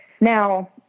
Now